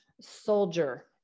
soldier